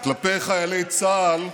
כלפי חיילי צה"ל.